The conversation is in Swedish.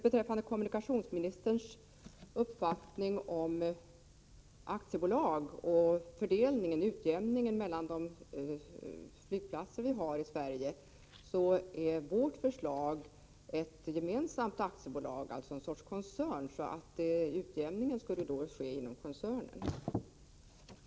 Beträffande kommunikationsministerns uppfattning om aktiebolag och om fördelningen, utjämningen, därvidlag mellan de flygplatser vi har i Sverige, så avser vårt förslag ett gemensamt aktiebolag, alltså en sorts koncern. Utjämningen skulle då ske inom koncernen.